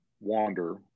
Wander